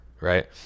right